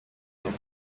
kimwe